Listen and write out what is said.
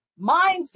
mindset